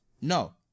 No